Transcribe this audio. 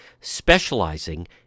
specializing